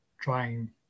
trying